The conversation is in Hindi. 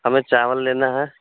हमें चावल लेना है